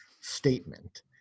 statement